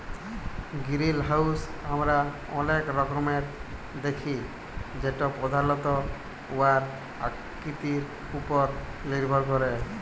greenhouse আমরা অলেক রকমের দ্যাখি যেট পধালত উয়ার আকৃতির উপর লির্ভর ক্যরে